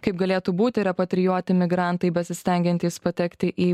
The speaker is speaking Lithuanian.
kaip galėtų būti repatrijuoti migrantai besistengiantys patekti į